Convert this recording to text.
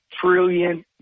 trillion